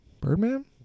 birdman